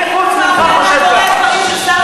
מי חוץ ממך חושב ככה?